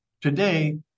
today